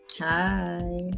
hi